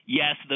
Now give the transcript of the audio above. yes